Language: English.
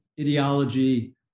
ideology